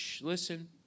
listen